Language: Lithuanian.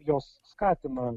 jos skatina